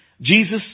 Jesus